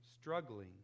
struggling